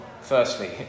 firstly